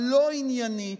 הלא-עניינית,